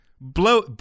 blow